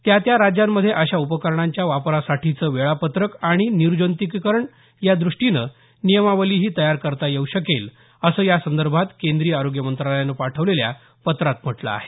त्या त्या राज्यांमधे अशा उपकरणांच्या वापरासाठीचं वेळापत्रक आणि निर्जंतुकीकरण यादृष्टीनं नियमावलीही तयार करता येऊ शकेल असं यासंदर्भात केंद्रीय आरोग्य मंत्रालयानं पाठवलेल्या पत्रात म्हटलं आहे